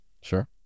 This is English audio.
sure